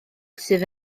sydd